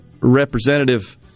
representative